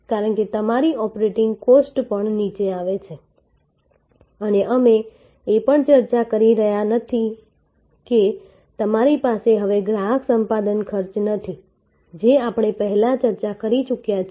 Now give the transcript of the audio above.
કારણ કે તમારી ઓપરેટિંગ કોસ્ટ પણ નીચે આવે છે અને અમે એ પણ ચર્ચા કરી રહ્યા નથી કે તમારી પાસે હવે ગ્રાહક સંપાદન ખર્ચ નથી જે આપણે પહેલા ચર્ચા કરી ચૂક્યા છે